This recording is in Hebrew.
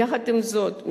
יחד עם זאת,